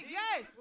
yes